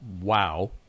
wow